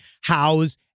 house